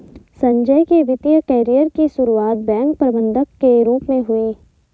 संजय के वित्तिय कैरियर की सुरुआत बैंक प्रबंधक के रूप में हुई